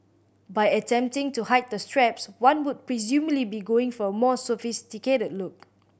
by attempting to hide the straps one would presumably be going for a more sophisticated look